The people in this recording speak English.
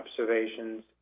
observations